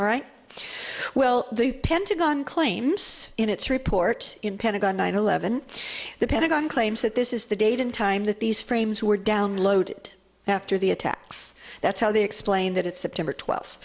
right well the pentagon claims in its report in pentagon nine eleven the pentagon claims that this is the date and time that these frames were downloaded after the attacks that's how they explain that it's september twelfth